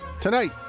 tonight